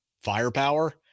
firepower